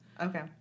Okay